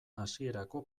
hasierako